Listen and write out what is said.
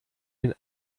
den